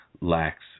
lacks